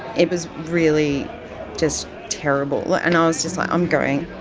it was really just terrible. and i was just like, i'm going.